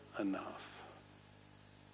enough